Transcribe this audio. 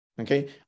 okay